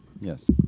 Yes